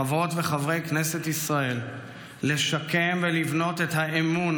חברות וחברי כנסת ישראל, לשקם ולבנות את האמון,